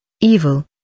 evil